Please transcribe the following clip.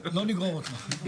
לא נגרור אותך.